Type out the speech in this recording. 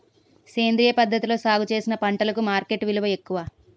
సేంద్రియ పద్ధతిలో సాగు చేసిన పంటలకు మార్కెట్ విలువ ఎక్కువ